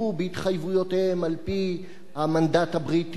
בהתחייבויותיהם על-פי המנדט הבריטי,